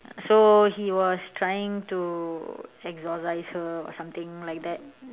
so he was trying to exorcise her or something like that